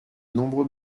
nombreux